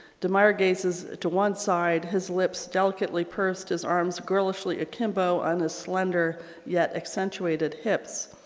de meyer gazes to one side, his lips delicately pursed, his arms girlishly akimbo on his slender yet accentuated hips.